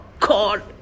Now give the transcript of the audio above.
God